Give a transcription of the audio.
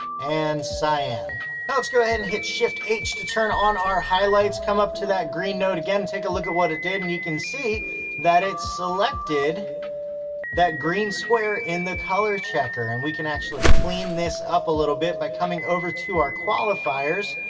and cyan. now ah let's go ahead and hit shift h to turn on our highlights, come up to that green node again, take a look at what it did, and you can see that it's selected that green square in the color checker. and we can actually clean this up a little bit by coming over to our qualifiers.